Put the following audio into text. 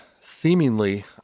seemingly